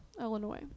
Illinois